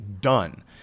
done